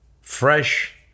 fresh